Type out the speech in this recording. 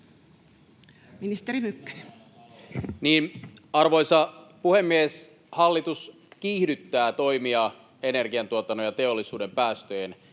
Content: Arvoisa puhemies! Hallitus kiihdyttää toimia energiantuotannon ja teollisuuden päästöjen